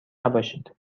نباشید